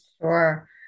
Sure